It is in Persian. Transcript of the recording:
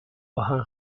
آهن